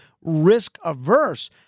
risk-averse